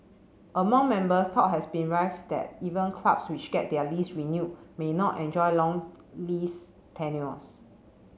among members talk has been rife that even clubs which get their lease renewed may not enjoy long lease tenures